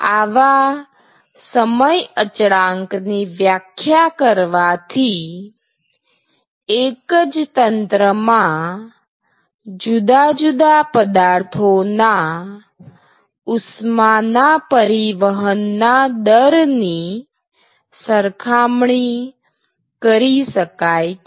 આવા સમય અચળાંકની વ્યાખ્યા કરવાથી એક જ તંત્રમાં જુદા જુદા પદાર્થો ના ઉષ્માના પરિવહનના દરની સરખામણી કરી શકાય છે